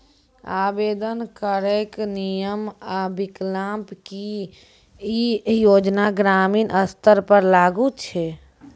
आवेदन करैक नियम आ विकल्प? की ई योजना ग्रामीण स्तर पर लागू छै?